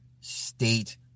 state